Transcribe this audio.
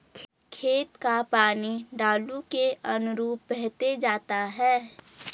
खेत का पानी ढालू के अनुरूप बहते जाता है